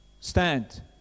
Stand